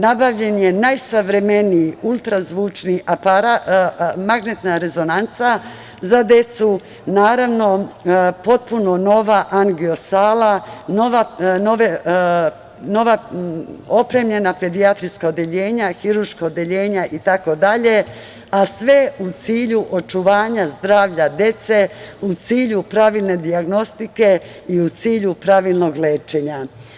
Nabavljen je najsavremeniji ultrazvučni aparat, magnetna rezonanca za decu, potpuno nova angio sala, nova opremljena pedijatrijska odeljenja, hirurška odeljenja itd, a sve u cilju očuvanja zdravlja dece, u cilju pravilne dijagnostike i u cilju pravilnog lečenja.